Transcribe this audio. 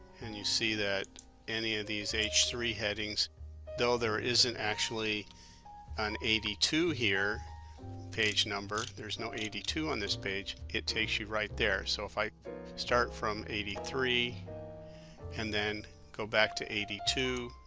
and you see that any of these h three headings though there isn't actually an eighty two here page number, there's no eighty two on this page it takes you right there so like start from eighty three and then go back to eighty two,